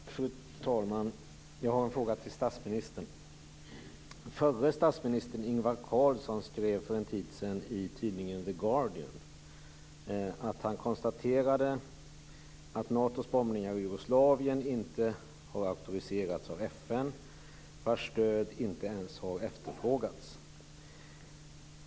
Fru talman! Jag har en fråga till statsministern. Förre statsministern Ingvar Carlsson skrev för en tid sedan i tidningen The Guardian. Han konstaterade att Natos bombningar i Jugoslavien inte har auktoriserats av FN, vars stöd inte ens har efterfrågats.